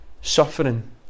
Suffering